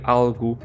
algo